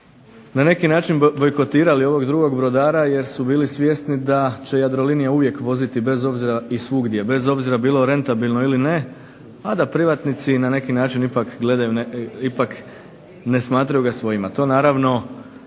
na neki način bojkotirali ovog drugog brodara jer su bili svjesni da će Jadrolinija uvijek voziti bez obzira i svugdje. Bez obzira bilo rentabilno ili ne, a da privatnici i na neki način ipak gledaju, ipak ne smatraju ga svojima. To naravno